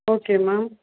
okay ma'am